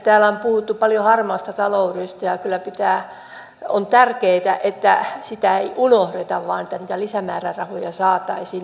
täällä on puhuttu paljon harmaasta taloudesta ja kyllä on tärkeätä että sitä ei unohdeta vaan niitä lisämäärärahoja saataisiin